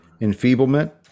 enfeeblement